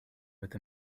with